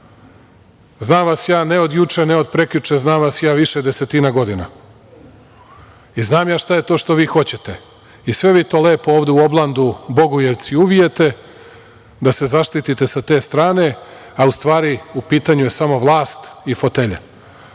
Znam vas ja ne od juče, ne od prekjuče. Znam ja vas više desetina godina i znam ja šta je to što vi hoćete i sve vi to lepo ovde u oblandu Bogujevci uvijete, da se zaštitite sa te strane, a u stvari u pitanju je samo vlast i fotelja. Evo,